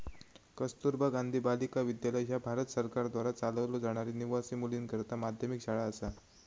कस्तुरबा गांधी बालिका विद्यालय ह्या भारत सरकारद्वारा चालवलो जाणारी निवासी मुलींकरता माध्यमिक शाळा असा